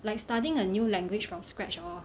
like studying a new language from scratch hor